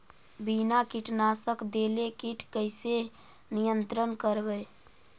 बिना कीटनाशक देले किट कैसे नियंत्रन करबै?